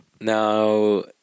now